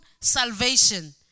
salvation